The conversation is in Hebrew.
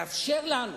לאפשר לנו